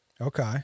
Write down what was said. Okay